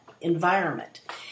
environment